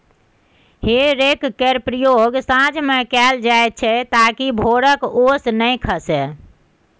हे रैक केर प्रयोग साँझ मे कएल जाइत छै ताकि भोरक ओस नहि खसय